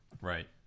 right